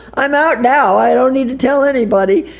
i'm out now, i don't need to tell anybody!